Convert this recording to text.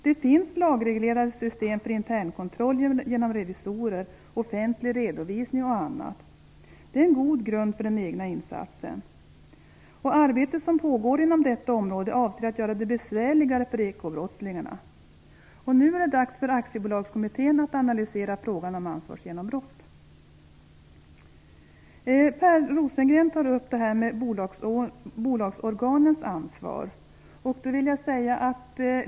Det finns lagreglerade system för internkontroll genom revisorer, offentlig redovisning och annat. Det är en god grund för den egna insatsen. Avsikten med det arbete som pågår inom detta område är att göra det besvärligare för ekobrottslingarna. Nu är det dags för Aktiebolagskommittén att analysera frågan om ansvarsgenombrott. Per Rosengren tar upp frågan om bolagsorganens ansvar.